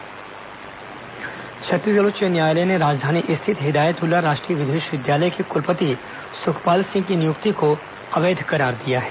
high court क्लपति छत्तीसगढ़ उच्च न्यायालय ने राजधानी स्थित हिदायतुल्ला राष्ट्रीय विधि विश्वविद्यालय के कुलपति सुखपाल सिंह की नियुक्ति को अवैध करार दिया है